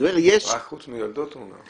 לא כוונות זדון.